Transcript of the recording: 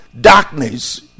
darkness